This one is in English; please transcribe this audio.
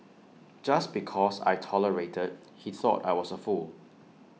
just because I tolerated he thought I was A fool